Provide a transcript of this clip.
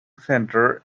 centre